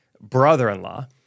brother-in-law